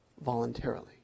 voluntarily